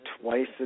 twice